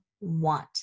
want